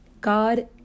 God